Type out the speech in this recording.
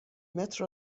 متر